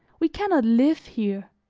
we can not live here,